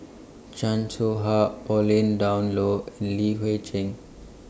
Chan Soh Ha Pauline Dawn Loh Li Hui Cheng